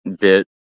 bit